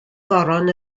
goron